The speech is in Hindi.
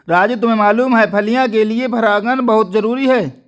राजू तुम्हें मालूम है फलियां के लिए परागन बहुत जरूरी है